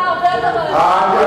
הממשלה הקודמת עשתה הרבה יותר, לכן,